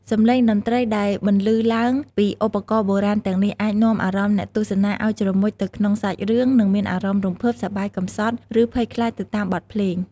សំឡេងតន្ត្រីដែលបន្លឺឡើងពីឧបករណ៍បុរាណទាំងនេះ អាចនាំអារម្មណ៍អ្នកទស្សនាឱ្យជ្រមុជទៅក្នុងសាច់រឿង និងមានអារម្មណ៍រំភើប សប្បាយ កំសត់ ឬភ័យខ្លាចទៅតាមបទភ្លេង។